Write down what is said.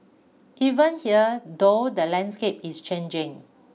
even here though the landscape is changing